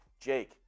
Jake